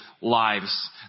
lives